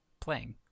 playing